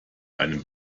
einem